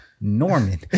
Norman